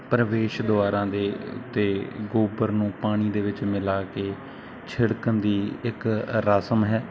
ਪ੍ਰਵੇਸ਼ ਦੁਆਰਾਂ ਦੇ ਉੱਤੇ ਗੋਬਰ ਨੂੰ ਪਾਣੀ ਦੇ ਵਿੱਚ ਮਿਲਾ ਕੇ ਛਿੜਕਣ ਦੀ ਇੱਕ ਰਸਮ ਹੈ